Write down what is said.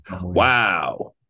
wow